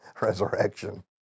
resurrection